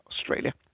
Australia